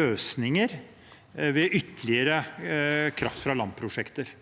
løsninger ved ytterligere kraft-fra-land-prosjekter.